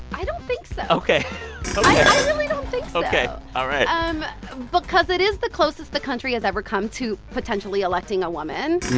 i don't think so ok. ok i really don't think so ok. all right um because it is the closest the country has ever come to potentially electing a woman,